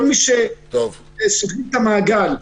סוגרים את המעגל,